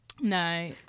No